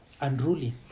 unruly